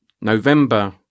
November